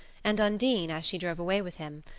and undine, as she drove away with him,